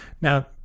Now